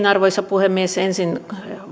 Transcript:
arvoisa puhemies ensin